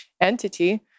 entity